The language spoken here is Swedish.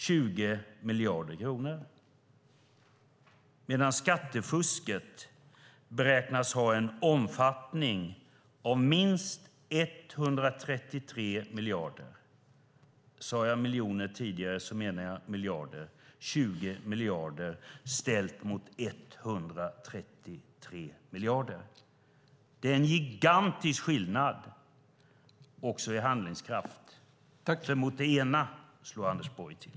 Samtidigt beräknas skattefusket ha en omfattning av minst 133 miljarder. Det är 20 miljarder, ställt mot 133 miljarder. Det är en gigantisk skillnad, och det är det också i handlingskraft - mot det ena slår nämligen Anders Borg till.